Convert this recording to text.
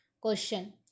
Question